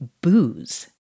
booze